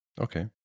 Okay